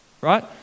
right